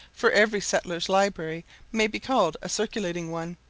for every settler's library may be called a circulating one,